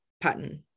pattern